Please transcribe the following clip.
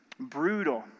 Brutal